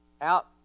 out